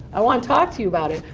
i want to talk to you about it.